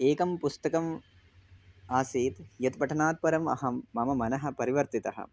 एकं पुस्तकम् आसीत् यद् पठनात् परम् अहं मम मनः परिवर्तितः